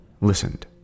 listened